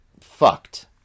fucked